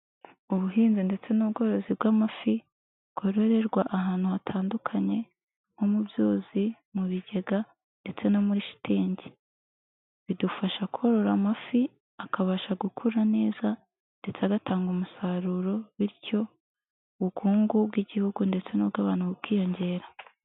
Ubuhinzi ndetse n'ubworozi bw'amafi bwororerwa ahantu hatandukanye, nko mu byuzi, mu bigega ndetse no muri shitingi, bidufasha korora amafi akabasha gukura neza ndetse agatanga umusaruro, bityo ubukungu bw'igihugu ndetse n'ubw'abantu bukiyongera.